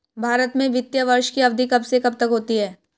भारत में वित्तीय वर्ष की अवधि कब से कब तक होती है?